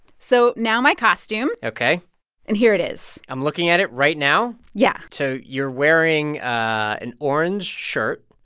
so now my costume ok and here it is i'm looking at it right now yeah so you're wearing an orange shirt.